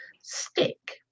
stick